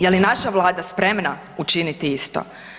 Je li naša Vlada spremna učiti isto?